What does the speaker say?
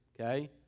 Okay